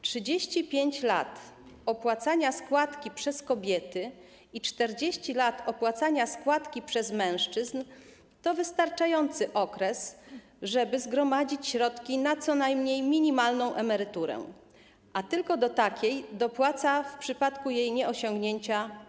35 lat opłacania składki przez kobiety i 40 lat przez mężczyzn to wystarczający okres, żeby zgromadzić środki na co najmniej minimalną emeryturę, a tylko do takiej dopłaca budżet państwa w przypadku jej nieosiągnięcia.